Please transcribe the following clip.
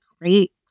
great